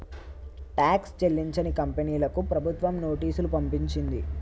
tax చెల్లించని కంపెనీలకు ప్రభుత్వం నోటీసులు పంపించింది